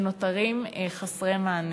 הם נותרים חסרי מענה.